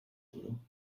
duro